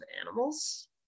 animals